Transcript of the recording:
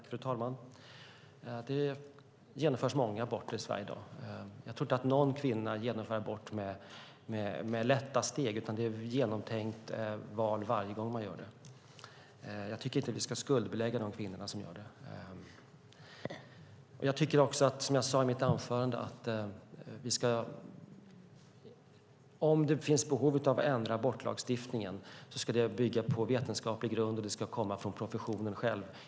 Fru talman! Det genomförs många aborter i Sverige i dag. Jag tror inte att någon kvinna genomför en abort lättvindigt, utan det är ett genomtänkt val varje gång det görs. Jag tycker inte att vi ska skuldbelägga de kvinnor som gör det. Jag tycker också, som jag sade i mitt anförande, att om det finns behov av att ändra abortlagstiftningen ska det bygga på vetenskaplig grund och komma från professionen själv.